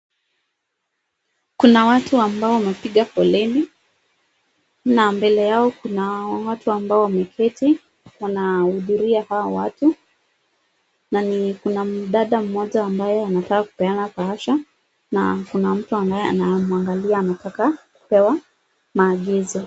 Kuna watu ambao wamepiga foleni, na mbele yao kuna watu ambao wameketi, wanahudumia hao watu na kuna mdada mmoja ambaye anataka kupeana bahasha, na kuna mtu ambaye anamuangalia anataka kupewa maagizo.